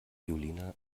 julina